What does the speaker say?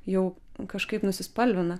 jau kažkaip nusispalvina